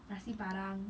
nasi padang